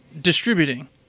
distributing